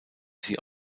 sie